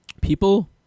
people